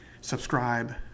subscribe